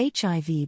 HIV